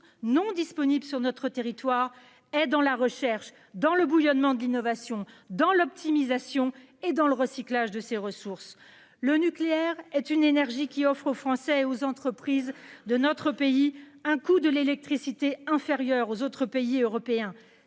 non disponibles sur notre territoire se trouve dans la recherche, dans le bouillonnement de l'innovation, dans l'optimisation et dans le recyclage de ces matériaux. Le nucléaire est une énergie qui offre aux Français et à nos entreprises un coût d'électricité inférieur à celui que